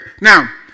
Now